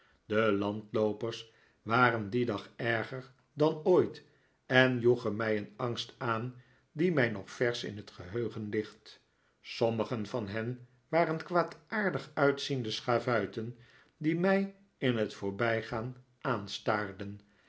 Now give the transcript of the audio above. de landloopers waren dien dag erger dan ooit en joegen mij een angst aan die mij nog versch in het geheugen ligt sommigen van hen waren kwaadaardig uitziende schavuiten die mij in het voorbijgaan aanstaarden